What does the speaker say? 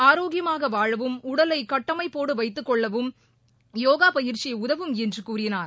ஆரோக்கியமாக வாழவும் உடலை தலைவர் திரு வைத்துக்கொள்ளவும் யோகா பயிற்சி உதவும் என்று கூறினார்